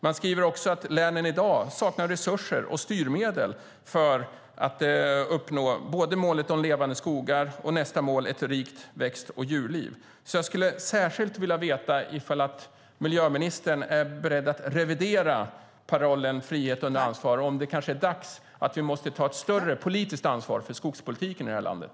Man skriver också att länen i dag saknar resurser och styrmedel för att uppnå målet Levande skogar och målet Ett rikt växt och djurliv. Jag skulle särskilt vilja veta om miljöministern är beredd att revidera parollen frihet under ansvar, om det är dags att vi tar ett större politiskt ansvar för skogspolitiken i landet.